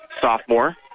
sophomore